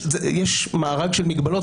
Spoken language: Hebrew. יש מארג של מגבלות.